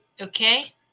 okay